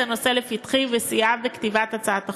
הנושא לפתחי וסייעה בכתיבת הצעת החוק.